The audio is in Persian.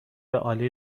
عالی